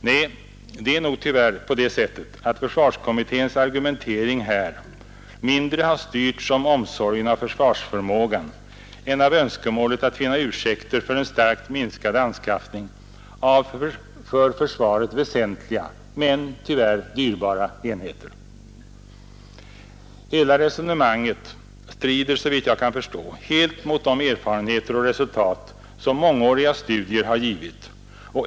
Nej, det är nog tyvärr på det sättet att försvarsutredningens argumentering mindre har styrts av omsorgen om försvarsförmågan än av önskemålet att finna ursäkter för en starkt minskad anskaffning av för försvaret väsentliga men tyvärr dyrbara enheter. Hela resonemanget strider, såvitt jag kan förstå, helt mot de erfarenheter och resultat som mångåriga studier givit.